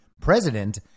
president